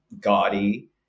gaudy